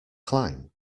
climb